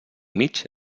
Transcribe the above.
mig